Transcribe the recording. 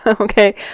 Okay